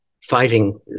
fighting